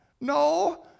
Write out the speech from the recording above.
no